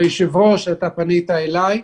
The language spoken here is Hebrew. היושב-ראש, אתה פנית אליי?